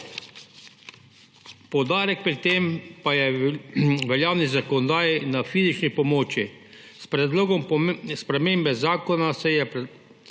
Poudarek pri tem pa je v veljavni zakonodaji na fizični pomoči. S predlogom spremembe zakona se je predlagala